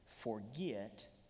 forget